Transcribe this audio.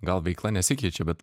gal veikla nesikeičia bet